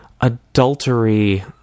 adultery